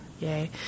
yay